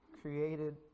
created